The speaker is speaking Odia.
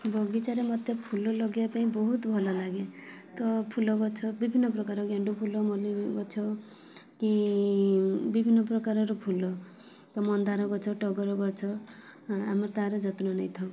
ବଗିଚାରେ ମୋତେ ଫୁଲ ଲଗେଇବା ପାଇଁ ବହୁତ ଭଲଲାଗେ ତ ଫୁଲଗଛ ବିଭିନ୍ନପ୍ରକାର ଗେଣ୍ଡୁଫୁଲ ମଲ୍ଲି ଗଛ କି ବିଭିନ୍ନପ୍ରକାରର ଫୁଲ ତ ମନ୍ଦାର ଗଛ ଟଗର ଗଛ ଆମେ ତା'ର ଯତ୍ନ ନେଇଥାଉ